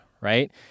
right